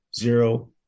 zero